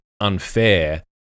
unfair